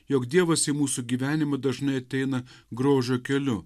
jog dievas į mūsų gyvenimą dažnai ateina grožio keliu